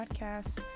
podcast